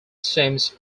seems